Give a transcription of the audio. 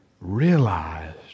realized